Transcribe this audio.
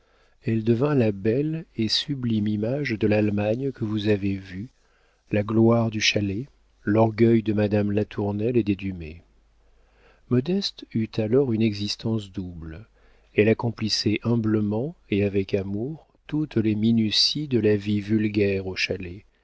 elle devint la belle et sublime image de l'allemagne que vous avez vue la gloire du chalet l'orgueil de madame latournelle et des dumay modeste eut alors une existence double elle accomplissait humblement et avec amour toutes les minuties de la vie vulgaire au chalet